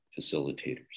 facilitators